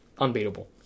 unbeatable